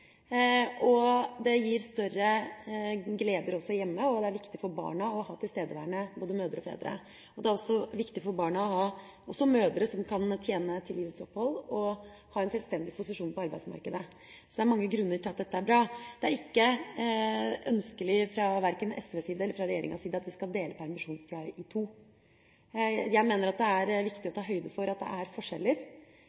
det gir større gleder hjemme og det er viktig for barna å ha tilstedeværende både mødre og fedre. Det er også viktig for barna å ha mødre som kan tjene til livets opphold og ha en selvstendig posisjon på arbeidsmarkedet. Så det er mange grunner til at dette er bra. Det er ikke ønskelig verken fra SVs eller regjeringas side at vi skal dele permisjonstida i to. Jeg mener det er viktig å